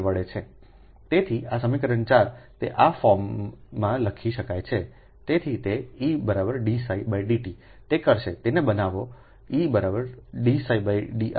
તેથી આ સમીકરણ 4 તે આ ફોર્મમાં જ લખી શકાય છે તેથી તેE dψdtતે કરશે તેને બનાવો E dψdi